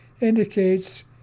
indicates